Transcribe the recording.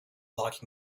blocking